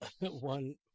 one